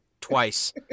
twice